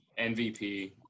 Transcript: MVP